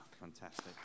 Fantastic